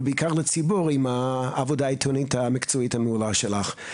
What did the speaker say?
ובעיקר לציבור עם העבודה העיתונאית המקצועית המעולה שלך.